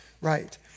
Right